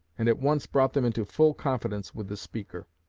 and at once brought them into full confidence with the speaker.